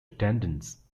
attendance